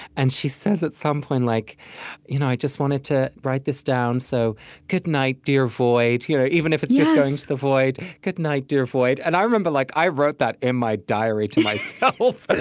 and she says, at some point, like you know i just wanted to write this down. so good night, dear void. you know even if it's just going into the void, good night, dear void. and i remember, like, i wrote that in my diary to myself.